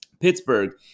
Pittsburgh